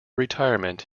retirement